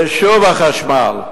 ושוב החשמל,